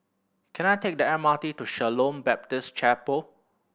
can I take the M R T to Shalom Baptist Chapel